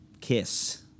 kiss